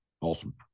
Awesome